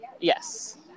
Yes